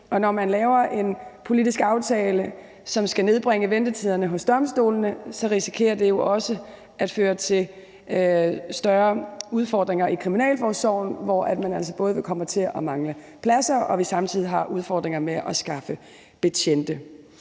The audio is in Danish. når man laver en politisk aftale, som skal nedbringe ventetiderne hos domstolene, risikerer det jo også at føre til større udfordringer i kriminalforsorgen, hvor man altså både vil komme til at mangle pladser og vi samtidig har udfordringer med at skaffe betjente.